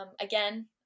again